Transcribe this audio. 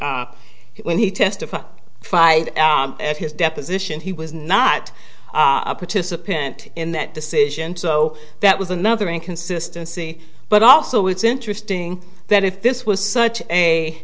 up when he testified at his deposition he was not a participant in that decision so that was another inconsistency but also it's interesting that if this was such a